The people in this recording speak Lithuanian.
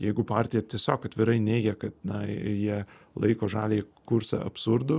jeigu partija tiesiog atvirai neigia kad na jie laiko žaliąjį kursą absurdu